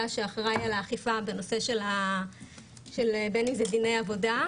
שאחראי על האכיפה בנושא של דיני עבודה,